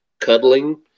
cuddling